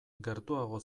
gertuago